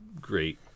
great